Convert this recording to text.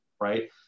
right